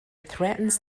threatens